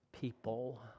people